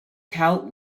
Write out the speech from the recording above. tout